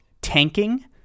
tanking